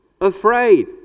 Afraid